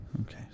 Okay